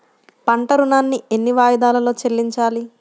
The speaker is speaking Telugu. పంట ఋణాన్ని ఎన్ని వాయిదాలలో చెల్లించాలి?